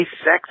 sex